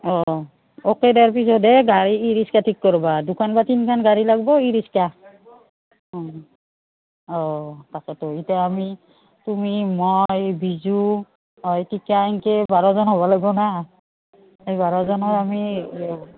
অঁ অ'কে তাৰপিছতে গাড়ী ই ৰিক্সা ঠিক কৰবা দুখান বা তিনখান গাড়ী লাগব ই ৰিক্সা অঁ অঁ তাকেতো এতিয়া আমি তুমি মই বিজু অৰ্পিতা এনকে বাৰজন হ'ব লাগিব না সেই বাৰজনৰ আমি